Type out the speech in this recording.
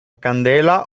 candela